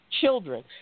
children